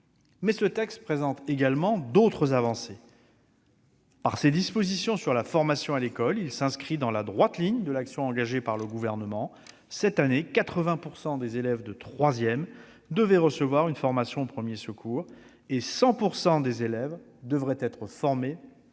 Ce texte comporte également d'autres avancées. Par ses dispositions relatives à la formation à l'école, il s'inscrit dans la droite ligne de l'action engagée par le Gouvernement. Cette année, 80 % des élèves de troisième devaient recevoir une formation aux premiers secours, et 100 % des élèves devraient être formés dès l'année